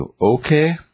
Okay